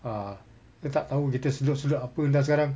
ah kita tak tahu kita sedut sedut apa entah sekarang